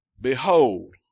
Behold